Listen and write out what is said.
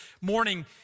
morning